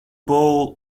bowl